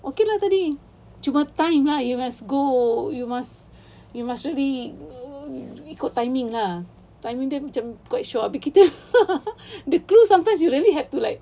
okay lah tadi cuma time lah you must go you must you must really ikut timing lah timing dia macam quite short abeh kita the clues sometimes you really have to like